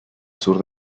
sur